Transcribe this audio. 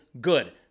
good